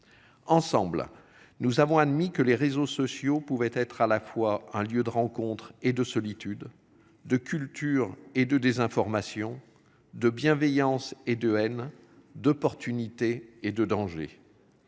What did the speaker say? Ensemble nous avons admis que les réseaux sociaux pouvaient être à la fois un lieu de rencontres et de solitude de culture et de désinformation de bienveillance et de haine d'opportunité et de danger.